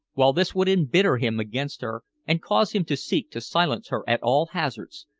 while this would embitter him against her and cause him to seek to silence her at all hazards,